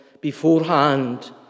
beforehand